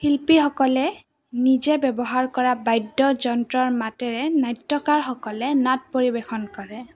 শিল্পীসকলে নিজে ব্যৱহাৰ কৰা বাদ্যযন্ত্ৰৰ মাতেৰে নাট্যকাৰসকলে নাট পৰিৱেশন কৰে